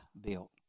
built